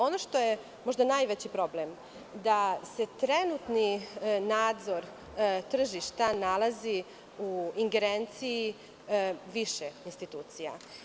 Ono što je možda najveći problem da se trenutni nadzor tržišta nalazi u ingerenciji više institucija.